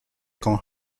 con